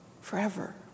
forever